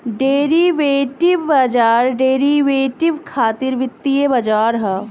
derivative बाजार derivative खातिर वित्तीय बाजार ह